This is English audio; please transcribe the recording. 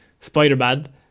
spider-man